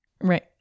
Right